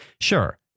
Sure